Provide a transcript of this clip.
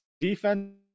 Defense